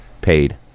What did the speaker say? paid